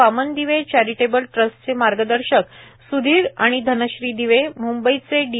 Vaman Dive charitable ट्रस्टचे मार्गदर्शक स्धीर आणि धनश्री दिवे म्ंबईचे डी